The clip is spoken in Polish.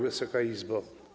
Wysoka Izbo!